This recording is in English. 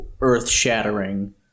earth-shattering